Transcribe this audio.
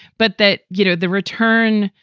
but that, you know, the return,